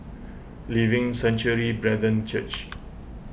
Living Sanctuary Brethren Church